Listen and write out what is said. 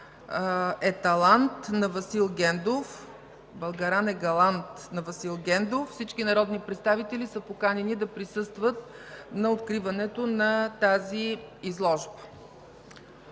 игрален филм „Българан е галант” на Васил Гендов. Всички народни представители са поканени да присъстват на откриването на тази изложба.